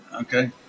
okay